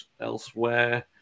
elsewhere